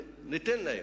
ניתן להם,